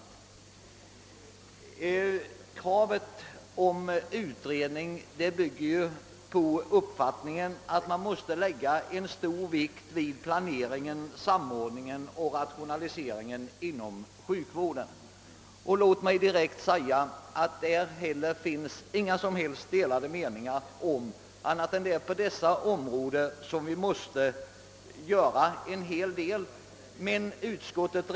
Förslaget om utredning bygger på uppfattningen att man måste lägga stor vikt vid planeringen, samordningen och rationaliseringen inom sjukvården; och låt mig direkt säga att inga som helst delade meningar råder om att vi måste göra en hel del på dessa områden.